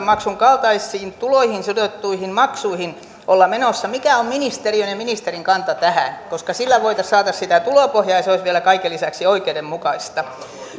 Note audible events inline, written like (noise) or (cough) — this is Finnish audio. (unintelligible) maksun kaltaisiin tuloihin sidottuihin maksuihin olla menossa mikä on ministeriön ja ministerin kanta tähän sillä saataisiin sitä tulopohjaa ja se olisi vielä kaiken lisäksi oikeudenmukaista